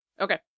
Okay